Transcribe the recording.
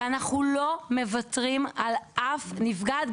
ואנחנו לא מוותרים על אף נפגעת,